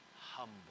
humble